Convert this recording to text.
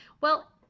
well-